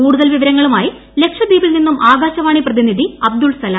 കൂടുതൽ വിവരങ്ങളുമായി ലക്ഷദ്വീപിൽ നിന്നും ആകാശവാണി പ്രതിനിധി അബ്ദുൽ സലാം